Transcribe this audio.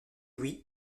oui